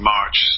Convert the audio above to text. March